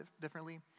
differently